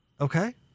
Okay